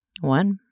One